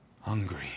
hungry